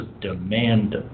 demand